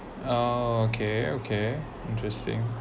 ah okay okay interesting